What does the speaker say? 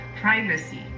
privacy